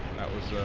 that was